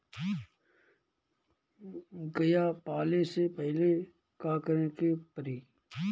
गया पाले से पहिले का करे के पारी?